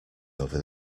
over